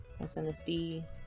SNSD